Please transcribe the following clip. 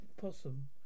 possum